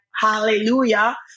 hallelujah